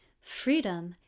Freedom